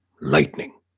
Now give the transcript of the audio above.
lightning